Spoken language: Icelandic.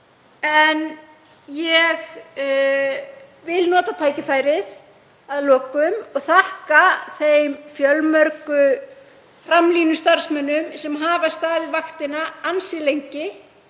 en ég vil nota tækifærið að lokum og þakka þeim fjölmörgu framlínustarfsmönnum sem hafa staðið vaktina ansi lengi